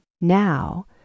Now